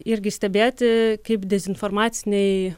irgi stebėti kaip dezinformaciniai